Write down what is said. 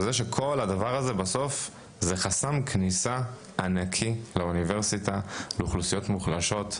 זה שבסוף מדובר בחסם כניסה ענקי לאוניברסיטה לאוכלוסיות מוחלשות,